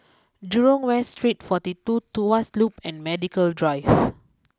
Jurong West Street forty two Tuas Loop and Medical Drive